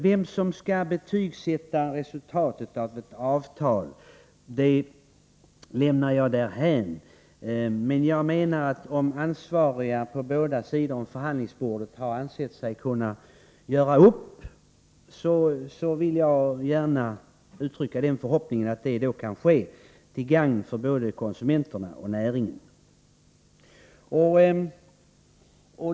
Vem som skall betygsätta resultatet av ett avtal lämnar jag därhän, men om de ansvariga på båda sidor om förhandlingsbordet har ansett sig kunna göra upp, vill jag gärna uttrycka förhoppningen att det kan ske till gagn för både konsumenterna och näringen.